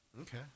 Okay